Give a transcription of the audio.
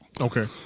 Okay